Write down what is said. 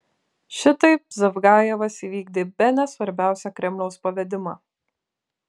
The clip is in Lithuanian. šitaip zavgajevas įvykdė bene svarbiausią kremliaus pavedimą